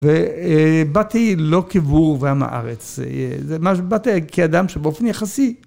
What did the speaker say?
ובאתי לא כבור ועם הארץ, באתי כאדם שבאופן יחסי.